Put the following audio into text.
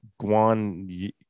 Guan